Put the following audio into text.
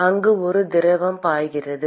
எனவே அங்கு ஒரு திரவம் பாய்கிறது